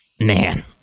man